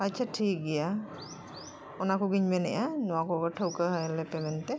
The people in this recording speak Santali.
ᱟᱪᱪᱷᱟ ᱴᱷᱤᱠ ᱜᱮᱭᱟ ᱚᱱᱟ ᱠᱚᱜᱮᱧ ᱢᱮᱱᱮᱜᱼᱟ ᱱᱚᱣᱟ ᱠᱚ ᱴᱷᱟᱹᱣᱠᱟᱹ ᱦᱟᱞᱮ ᱯᱮ ᱢᱮᱱᱛᱮ